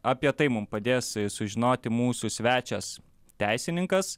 apie tai mum padės sužinoti mūsų svečias teisininkas